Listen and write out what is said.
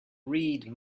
read